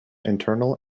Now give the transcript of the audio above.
internal